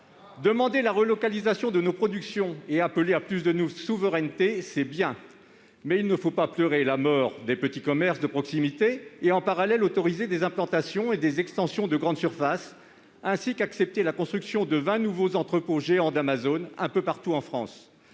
Demander la relocalisation de nos productions et appeler à plus de souveraineté, c'est bien. Mais il ne faut pas pleurer la mort des petits commerces de proximité et, en parallèle, autoriser des implantations et des extensions de grandes surfaces et accepter la construction de vingt nouveaux entrepôts géants d'Amazon un peu partout en France